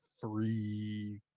three